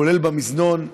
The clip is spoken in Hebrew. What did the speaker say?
כולל במזנון,